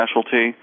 specialty